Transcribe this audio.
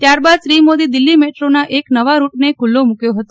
ત્યારબાદ શ્રી મોદી દિલ્હી મેટ્રોના એક નવા રૂટને ખૂલ્લો મુકયો હતો